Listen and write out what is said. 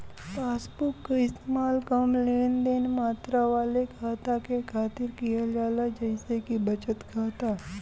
passbook क इस्तेमाल कम लेनदेन मात्रा वाले खाता के खातिर किहल जाला जइसे कि बचत खाता